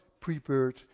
prepared